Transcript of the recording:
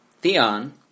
Theon